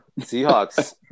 Seahawks